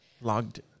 logged